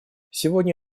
сегодня